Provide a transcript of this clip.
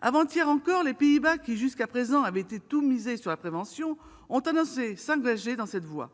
Avant-hier encore, les Pays-Bas, qui avaient jusqu'à présent tout misé sur la prévention, ont annoncé s'engager dans cette voie.